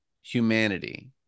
humanity